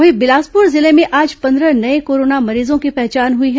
वहीं बिलासपुर जिले में आज पन्द्रह नये कोरोना मरीजों की पहचान हुई है